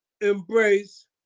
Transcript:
embrace